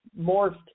morphed